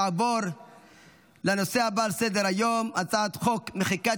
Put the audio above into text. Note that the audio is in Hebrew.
נעבור לנושא הבא על סדר-היום: הצעת חוק מחיקת